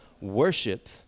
worship